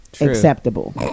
acceptable